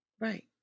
right